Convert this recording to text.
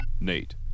Nate